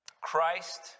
Christ